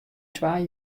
twa